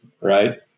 right